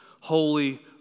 holy